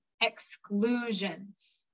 exclusions